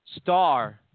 star